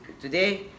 today